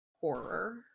horror